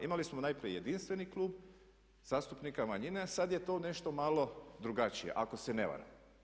Imali smo najprije jedinstveni Klub zastupnika manjina a sada je to nešto malo drugačije ako se ne varam.